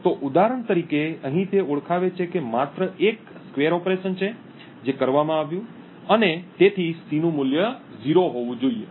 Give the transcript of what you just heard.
તો ઉદાહરણ તરીકે અહીં તે ઓળખાવે છે કે માત્ર એક સ્કવેર ઓપરેશન છે જે કરવામાં આપ્યું અને તેથી C નું મૂલ્ય 0 હોવું જોઈએ